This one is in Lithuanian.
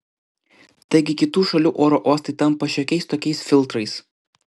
taigi kitų šalių oro uostai tampa šiokiais tokiais filtrais